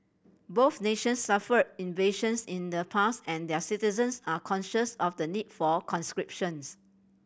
both nations suffered invasions in the past and their citizens are conscious of the need for conscriptions